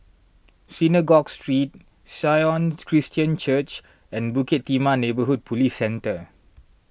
Synagogue Street Sion Christian Church and Bukit Timah Neighbourhood Police Centre